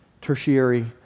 tertiary